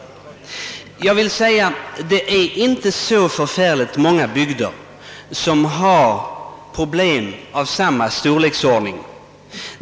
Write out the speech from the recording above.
Till detta vill jag säga att det inte är så förfärligt många bygder som har problem av samma storleksordning.